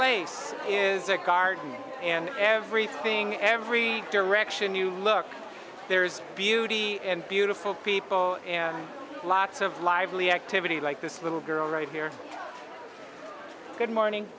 explains is a garden and everything every direction you look there's beauty and beautiful people and lots of lively activity like this little girl right here good morning